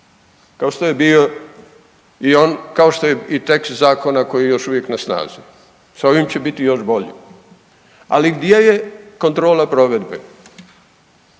kao što je i tekst zakona koji je još uvijek na snazi, sa ovim će biti još bolji. Ali, gdje je kontrola provedbe?